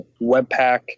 Webpack